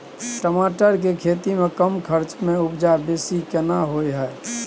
टमाटर के खेती में कम खर्च में उपजा बेसी केना होय है?